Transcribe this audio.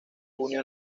junio